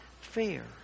fair